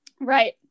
Right